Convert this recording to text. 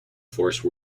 force